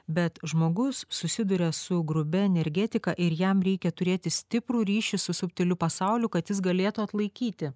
bet žmogus susiduria su grubia energetika ir jam reikia turėti stiprų ryšį su subtiliu pasauliu kad jis galėtų atlaikyti